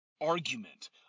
argument